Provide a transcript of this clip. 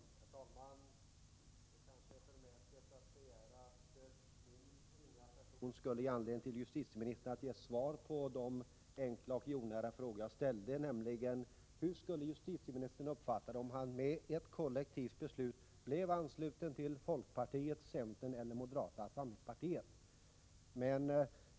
Herr talman! Det kanske är förmätet av mig att tro att min ringa person skulle ge justitieministern anledning att ge svar på de enkla och jordnära frågor jag ställde. Jag frågade bl.a.: Hur skulle justitieministern uppfatta det om han genom ett kollektivt beslut blev ansluten till folkpartiet, centern eller moderata samlingspartiet?